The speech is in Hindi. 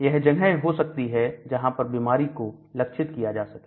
यह जगह हो सकती हैं जहां पर बीमारी को लक्षित किया जा सके